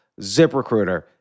ZipRecruiter